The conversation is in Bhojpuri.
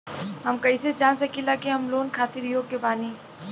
हम कईसे जान सकिला कि हम लोन खातिर योग्य बानी?